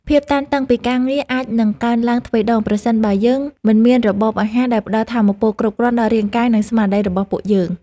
ភាពតានតឹងពីការងារអាចនឹងកើនឡើងទ្វេដង ប្រសិនបើយើងមិនមានរបបអាហារដែលផ្តល់ថាមពលគ្រប់គ្រាន់ដល់រាងកាយ និងស្មារតីរបស់ពួកយើង។